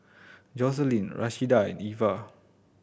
Joselin Rashida Iva